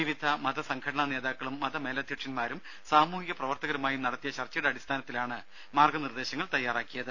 വിവിധ മത സംഘടനാ നേതാക്കളും മത മേലധ്യക്ഷന്മാരും സാമൂഹിക പ്രവർത്തകരുമായും നടത്തിയ ചർച്ചയുടെ അടിസ്ഥാനത്തിലാണ് മാർഗനിർദ്ദേശങ്ങൾ തയ്യാറാക്കിയത്